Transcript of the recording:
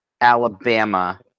Alabama